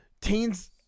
teens